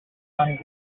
sun